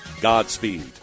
Godspeed